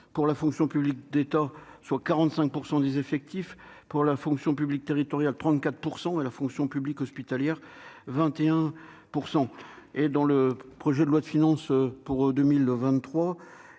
pour la fonction publique d'État, soit 45 % des effectifs pour la fonction publique territoriale 34 % à la fonction publique hospitalière 21 % et dans le projet de loi de finances pour 2023